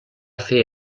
fer